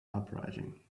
uprising